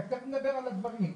תיכף נדבר על הדברים.